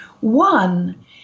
One